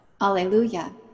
Alleluia